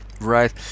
Right